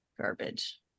garbage